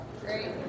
Great